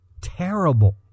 terrible